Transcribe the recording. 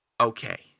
Okay